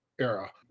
era